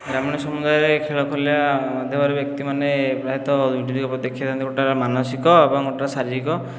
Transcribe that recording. ଗ୍ରାମୀଣ ସମୁଦାୟରେ ଖେଳ ଖୋଲିବା ମଧ୍ୟ ବର୍ଗ ବ୍ୟକ୍ତିମାନେ ପ୍ରାୟତଃ ମାନସିକ ଏବଂ ଗୋଟିଏ ଶାରୀରିକ